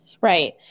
Right